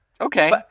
Okay